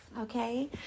Okay